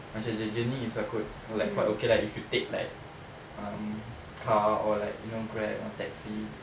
macam the journey is if I could like quite okay lah if you take like um car or like you know grab or taxi